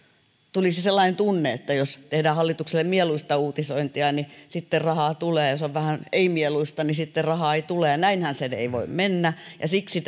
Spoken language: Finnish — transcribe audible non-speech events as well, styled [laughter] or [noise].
tulisi sellainen tunne että jos tehdään hallitukselle mieluista uutisointia niin sitten rahaa tulee ja jos on vähän ei mieluista niin sitten rahaa ei tule näinhän se ei voi mennä ja siksi [unintelligible]